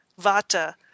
vata